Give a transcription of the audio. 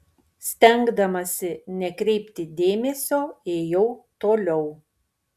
stengdamasi nekreipti dėmesio ėjau toliau